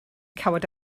cawod